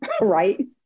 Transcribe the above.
Right